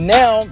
now